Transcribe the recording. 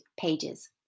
pages